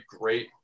great